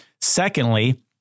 Secondly